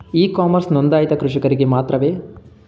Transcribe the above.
E commerce ನೊಂದಾಯಿತ ಕೃಷಿಕರಿಗೆ ಮಾತ್ರವೇ?